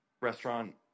restaurant